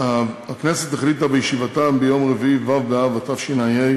הכנסת החליטה בישיבתה ביום רביעי, ו' באב התשע"ה,